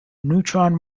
neutron